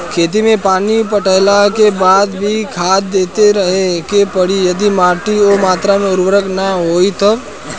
खेत मे पानी पटैला के बाद भी खाद देते रहे के पड़ी यदि माटी ओ मात्रा मे उर्वरक ना होई तब?